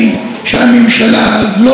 שזה לא מזיז לה.